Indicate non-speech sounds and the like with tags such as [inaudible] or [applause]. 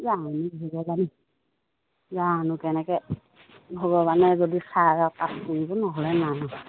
জানো [unintelligible] জানো কেনেকে ভগৱানে যদি চাই [unintelligible] কৰিব নহ'লে নাই আৰু